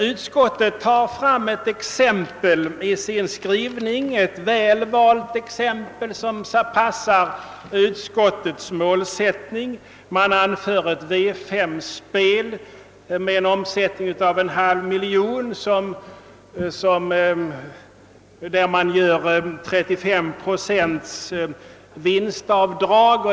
Utskottet anför i sin skrivning ett exempel som är valt för att passa utskottets inställning. Man åberopar ett V 5 spel med en omsättning av en halv miljon kronor, där det sker 35 procents vinstavdrag.